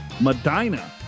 Medina